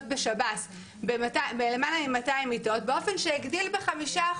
בשב"ס ב-למעלה מ-200 מיטות באופן שהגדיל ב-5%,